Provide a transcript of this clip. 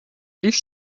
ich